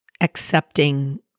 accepting